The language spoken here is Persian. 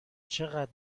چقدر